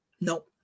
No